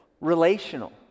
relational